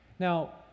Now